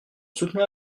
soutenir